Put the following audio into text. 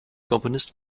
komponist